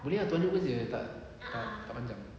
boleh ah two hundreds words jer tak ah tak panjang